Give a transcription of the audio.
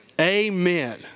Amen